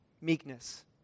meekness